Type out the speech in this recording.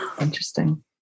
interesting